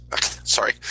sorry